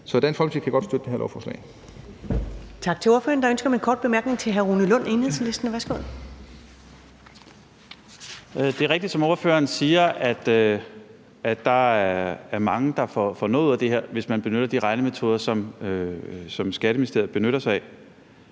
Folkeparti kan godt støtte det her lovforslag.